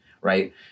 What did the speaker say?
Right